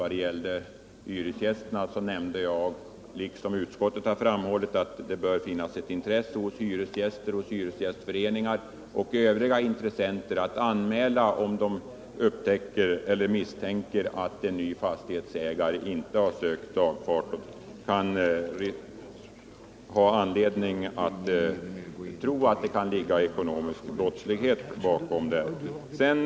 Vad gäller Hyresgästföreningen nämnde jag att det, såsom utskottet har framhållit, bör finnas ett intresse hos hyresgäster och hyresgästföreningar samt Övriga intressenter för att anmäla om de upptäcker eller misstänker att en ny fastighetsägare inte har ansökt om lagfart, ifall de har anledning tro att det kan ligga ekonomisk brottslighet bakom underlåtenheten.